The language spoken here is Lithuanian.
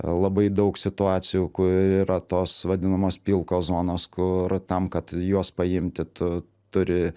labai daug situacijų kur yra tos vadinamos pilkos zonos kur tam kad juos paimti tu turi